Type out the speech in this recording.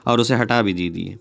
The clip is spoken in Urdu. اور اسے ہٹا بھی دیجیے